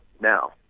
Now